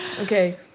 Okay